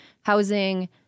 housing